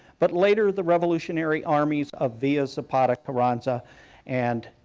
but later the revolutionary armies of villa, zapata, carranza and,